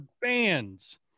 bands